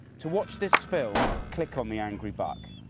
to watch this film click on the angry buck.